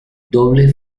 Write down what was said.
doble